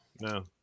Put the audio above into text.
No